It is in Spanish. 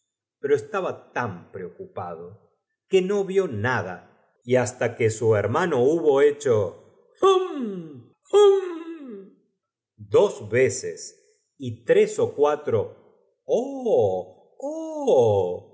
pero estaba tan preocupado que no vió t l'tjía muerte a l pl'iocipio no pudo rf co nada y hnsta que su hetmauo hubo hecho uocorlc a cuusn de su calvicie y de su hum hum dos veces y tres ó cuatro